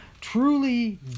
truly